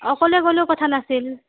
অকলে গ'লেও কথা নাছিল